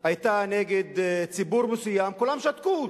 היתה נגד ציבור מסוים כולם שתקו.